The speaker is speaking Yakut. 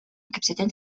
кэпсэтэн